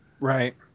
Right